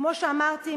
כמו שאמרתי,